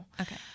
okay